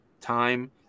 Time